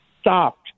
stopped